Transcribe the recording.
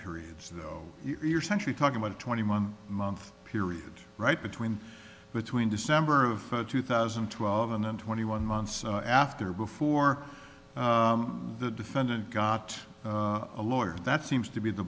periods of your century talk about a twenty one month period right between between december of two thousand and twelve and then twenty one months after before the defendant got a lawyer that seems to be the